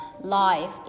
life